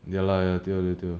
ya lah 对咯对对